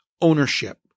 ownership